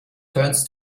turns